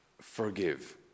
forgive